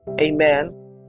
amen